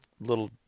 little